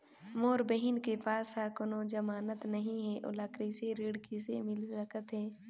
मोर बहिन के पास ह कोनो जमानत नहीं हे, ओला कृषि ऋण किसे मिल सकत हे?